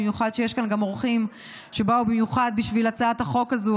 במיוחד כשיש כאן גם אורחים שבאו במיוחד בשביל הצעת החוק הזו,